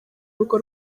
rugo